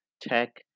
Tech